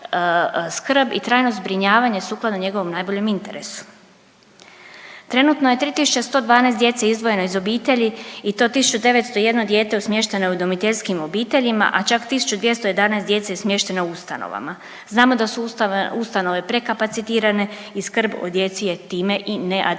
i trajno zbrinjavanje sukladno njegovom najboljem interesu. Trenutno je 3112 djece izdvojeno iz obitelji i 1901 dijete smješteno je u udomiteljskim obiteljima, a čak 1211 djece je smješteno u ustanovama. Znamo da su ustanove prekapacitirane i skrb o djeci je time i neadekvatna.